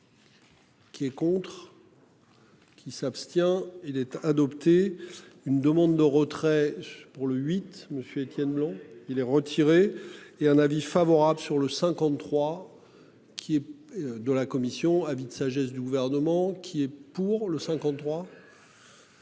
Qui est contre. Qui s'abstient il est adopté. Une demande de retrait pour le huit Monsieur Étienne Blanc il est retiré et un avis favorable sur le 53. Qui est de la commission a vite sagesse du gouvernement qui est pour le 53.